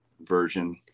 version